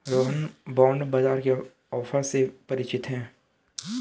Rohan bond बाजार के offer से परिचित है